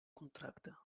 contracte